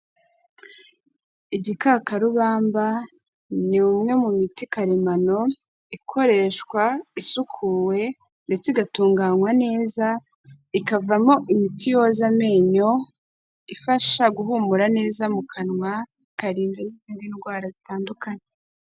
Igikakarubamba ni umwe mu miti karemano ikoreshwa isukuwe ndetse igatunganywa neza, ikavamo imiti yoza amenyo, ifasha guhumura neza mu kanwa, ikarinda n'izindi ndwara zitandukanye.